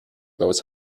goes